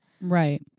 Right